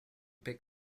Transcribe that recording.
big